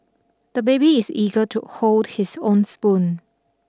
the baby is eager to hold his own spoon